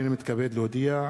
הנני מתכבד להודיע,